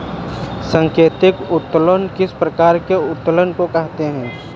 सांकेतिक उत्तोलन किस प्रकार के उत्तोलन को कहते हैं?